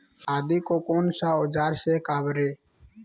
आदि को कौन सा औजार से काबरे?